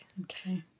Okay